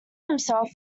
himself